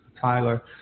Tyler